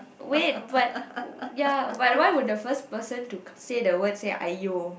wait but ya but why would the first person to say the word say !aiyo!